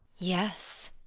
yes,